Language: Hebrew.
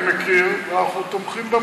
אני מכיר ואנחנו תומכים.